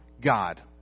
god